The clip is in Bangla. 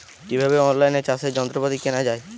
কিভাবে অন লাইনে চাষের যন্ত্রপাতি কেনা য়ায়?